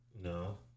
No